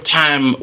time